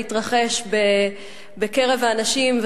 שהתרחש בקרב האנשים.